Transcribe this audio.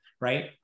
right